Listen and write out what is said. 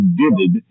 vivid